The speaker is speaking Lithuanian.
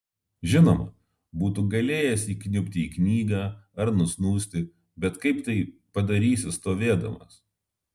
žinoma būtų galėjęs įkniubti į knygą ar nusnūsti bet kaip tai padarysi stovėdamas